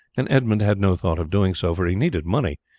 and edmund had no thought of doing so, for he needed money,